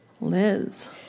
liz